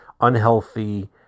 unhealthy